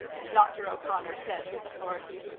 dr. o'connor said with authority,